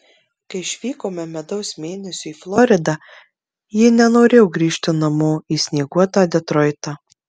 kai išvykome medaus mėnesiui į floridą ji nenorėjo grįžti namo į snieguotą detroitą